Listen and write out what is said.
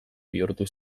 bihurtu